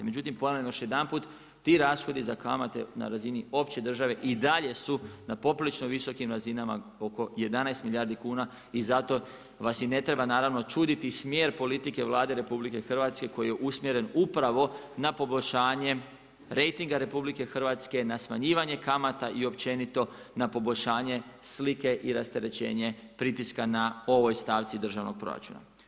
Međutim, ponavljam još jedanput ti rashodi za kamate na razini opće države i dalje su na poprilično visokim razinama oko 11 milijardi kuna i zato vas i ne treba čuditi smjer politike Vlade RH koji je usmjeren upravo na poboljšanje rejtinga RH na smanjivanje kamata i općenito na poboljšanje slike i rasterećenje pritiska na ovoj stavci državnog proračuna.